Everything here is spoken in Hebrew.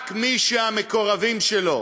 רק מי שהמקורבים שלו